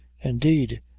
indeed,